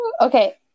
Okay